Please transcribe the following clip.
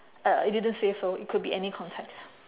uh it didn't say so it could be any context